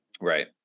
Right